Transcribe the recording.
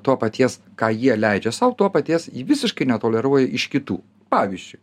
to paties ką jie leidžia sau to paties ji visiškai netoleruoja iš kitų pavyzdžiui